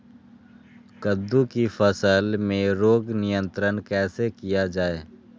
कददु की फसल में रोग नियंत्रण कैसे किया जाए?